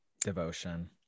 Devotion